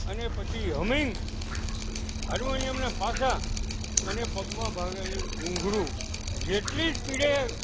અને પછી હમિંગ હાર્મોનિયમના પાસા અને પગમાં ભાંગેલું ભૂંગળું જેટલી સ્પીડે